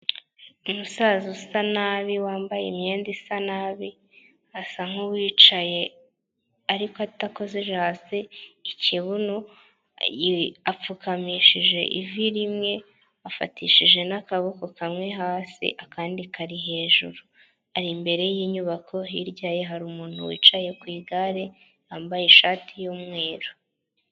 Umusaza usa nabi wambaye imyenda isa nabi, asa nkuwicaye ariko atakozeje hasi ikibuno, apfukamishije ivi rimwe afatishije n'akaboko kamwe hasi akandi kari hejuru, ari imbere y'inyubako hirya ye hari umuntu wicaye ku igare yambaye ishati y'umweru.